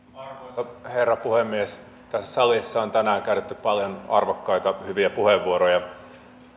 arvoisa herra puhemies tässä salissa on tänään käytetty paljon arvokkaita hyviä puheenvuoroja